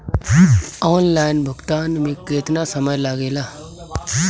Online भुगतान में केतना समय लागेला?